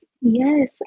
Yes